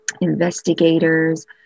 investigators